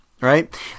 right